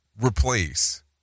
replace